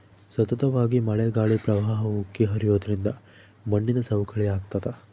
ಸತತವಾಗಿ ಮಳೆ ಗಾಳಿ ಪ್ರವಾಹ ಉಕ್ಕಿ ಹರಿಯೋದ್ರಿಂದ ಮಣ್ಣಿನ ಸವಕಳಿ ಆಗ್ತಾದ